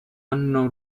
hanno